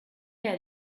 had